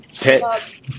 pets